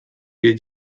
wir